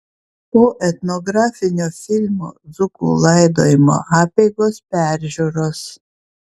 po etnografinio filmo dzūkų laidojimo apeigos peržiūros